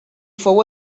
fou